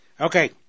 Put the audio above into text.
Okay